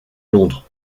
londres